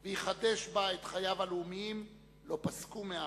ויחדש בה את חייו הלאומיים לא פסקו מאז.